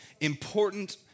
important